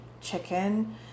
chicken